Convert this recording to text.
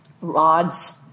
rods